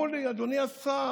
עכשיו הם אמרו לי: אדוני השר,